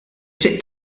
triq